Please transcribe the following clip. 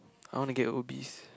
I want to get obese